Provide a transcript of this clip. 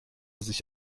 sich